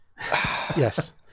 Yes